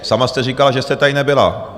Sama jste říkala, že jste tady nebyla.